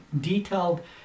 detailed